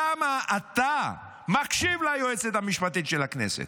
למה אתה מקשיב ליועצת המשפטית של הכנסת?